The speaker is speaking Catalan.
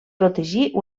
protegir